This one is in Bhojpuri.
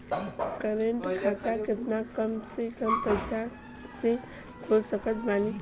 करेंट खाता केतना कम से कम पईसा से खोल सकत बानी?